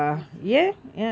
he switch course